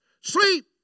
sleep